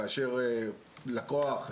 כאשר לקוח,